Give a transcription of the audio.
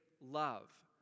love